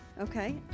Okay